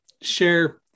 share